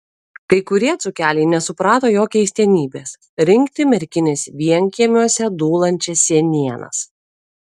kai kurie dzūkeliai nesuprato jo keistenybės rinkti merkinės vienkiemiuose dūlančias senienas